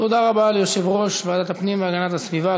תודה רבה ליושב-ראש ועדת הפנים והגנת הסביבה.